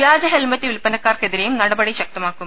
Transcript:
വൃാജ helmet വിൽപ്പനക്കാർക്കെതിരെയും നടപടി ശക്തമാക്കും